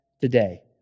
today